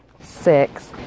six